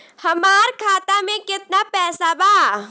हमार खाता मे केतना पैसा बा?